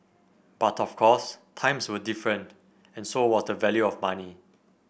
but of course times were different and so was the value of money